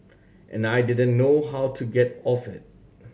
and I didn't know how to get off it